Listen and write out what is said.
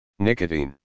Nicotine